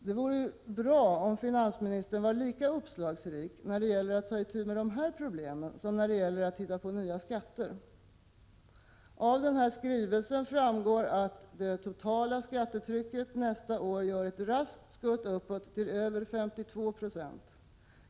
Det vore bra om finansministern var lika uppslagsrik när det gäller att ta itu med dessa problem som när det gäller att hitta på nya skatter. Av skrivelsen framgår att det totala skattetrycket nästa år gör ett raskt skutt uppåt till över 52 96.